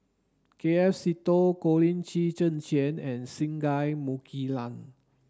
K F Seetoh Colin Qi Zhe Quan and Singai Mukilan